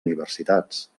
universitats